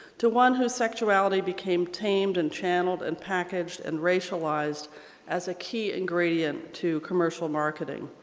to one whose sexuality became tamed and channeled and packaged and racialized as a key ingredient to commercial marketing.